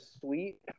sweet